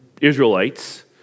Israelites